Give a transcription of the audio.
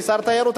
אני שר תיירות,